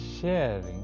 sharing